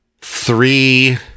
three